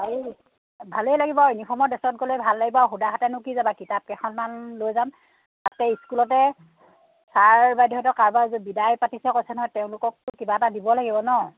আৰু ভালেই লাগিব ইউনিফৰ্মৰ ডেছত গ'লে ভাল লাগিব আৰু শুদা হাতেনো কি যাবা কিতাপকেইখনমান লৈ যাম তাতে স্কুলতে ছাৰ বাইদেউহঁতৰ কাৰোবাৰ বিদায় পাতিছে কৈছে নহয় তেওঁলোককো কিবা এটা দিব লাগিব ন